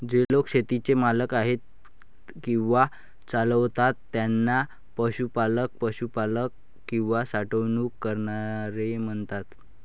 जे लोक शेतीचे मालक आहेत किंवा चालवतात त्यांना पशुपालक, पशुपालक किंवा साठवणूक करणारे म्हणतात